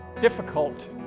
difficult